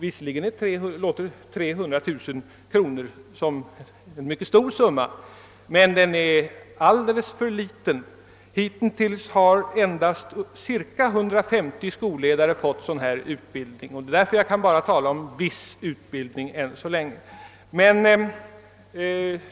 Visserligen låter 300 000 kronor som en mycket stor summa, men den är för detta ändamål alldeles för liten. Hittills har endast cirka 150 skolledare fått del av sådan utbildning, och därför kan man än så länge endast tala om viss utbildning.